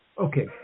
Okay